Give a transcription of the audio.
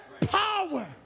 power